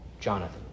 Jonathan